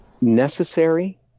necessary